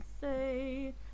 say